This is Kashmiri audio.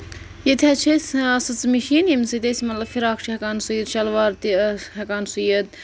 ییٚتہِ حظ چھِ اَسہِ سٕژٕ مِشیٖن ییٚمہِ سۭتۍ أسۍ مطلب فِراک چھِ ہیٚکان سُیِتھ شَلوار تہِ ہیٚکان سُیِتھ